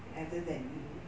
rather than you